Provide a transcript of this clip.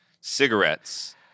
Cigarettes